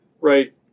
right